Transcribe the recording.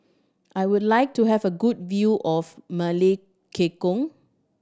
I would like to have a good view of Melekeok